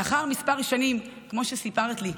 לאחר כמה שנים, כמו שסיפרת לי,